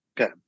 Okay